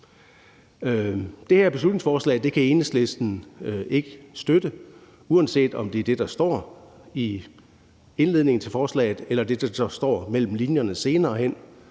beslutningsforslag kan Enhedslisten ikke støtte, uanset om det er det, der står i indledningen til forslaget, eller det, der står mellem linjerne senere hen,